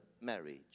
marriage